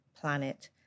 planet